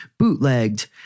bootlegged